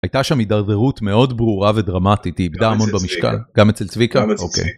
הייתה שם התדרדרות מאוד ברורה ודרמטית, היא איבדה המון במשקל, גם אצל צביקה? גם אצל צביקה. אוקיי.